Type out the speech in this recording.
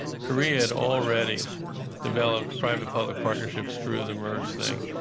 korea had already developed private-public partnerships through the mers thing,